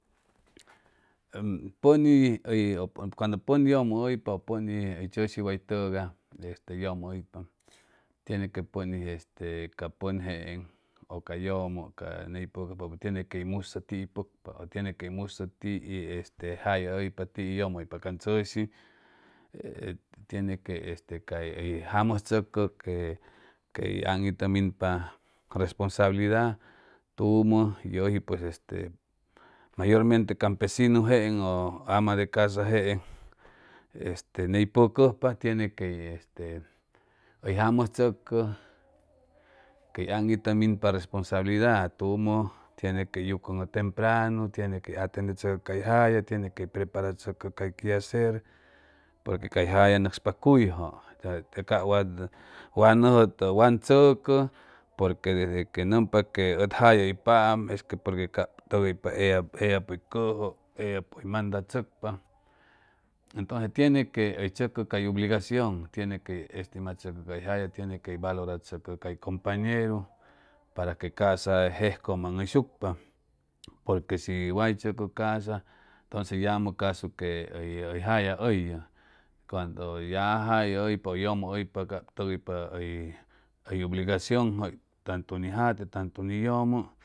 Pʉni ʉ cuando pʉn yʉmʉ hʉypa ʉ pʉn hʉy tzʉshi way tʉgay este yʉmʉ hʉypa tiene que pʉn hʉy este ca pʉn jeeŋ ʉ ca yʉmʉ ca ney pʉcʉjpapʉ tienes que hʉy musʉ tiy pʉcpa ʉ tiene quey musʉ tie este jalla hʉypa tie yʉmʉ hʉypa can tzʉshi e tiene que este cay hʉy jamʉjtzʉcʉ que que hʉy aŋitʉminpa responsabilidad tumʉ yʉji pues este mayormente campesinu jeeŋ ʉ ama de casa jeeŋ este ney pʉcʉjpa tienes que este hʉy jamʉjtzʉcʉ quey aŋitʉminpa responsabilidad tumʉ tiene que yucʉŋʉ tempranu tiene quey atendetzʉcʉ cay jalla tiene quey preparatzʉcʉ cay que hacer porque cay jalla nʉcspa cuyjʉ ca ca wa nʉjʉtʉʉ wan tzʉcʉ porque desde que nʉmpa que ʉd jalla hʉypaam que porque cap tʉgʉypaam eyab eyapʉjʉ hʉy cʉjʉ eyapʉ hʉy mandachʉcpa entonce tien que hʉy tzʉcʉ cay ubligacion tiene quey estimachʉcʉ cay jalla tiene quey valorachʉcʉ cay compañeru para que ca'sa jejcʉmaŋhʉyshucpa porque shi way tzʉcʉ ca'sa entonces yamʉ casu que hʉy hʉy jalla hʉyʉ cuando ya jalla hʉypa ʉ yʉmʉ hʉypa cap tʉgʉypa hʉy obligacionjʉ tantu ni jate tantu ni yʉmʉ